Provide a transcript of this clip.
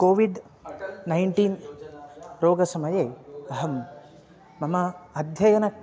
COVID nineteen रोगसमये अहं मम अध्ययनं